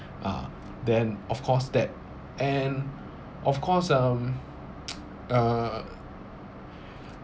uh then of course that and of course um uh